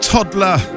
Toddler